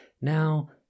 Now